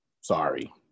sorry